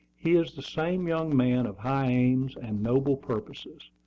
he is the same young man of high aims and noble purposes.